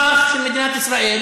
למרות שהוא אזרח של מדינת ישראל,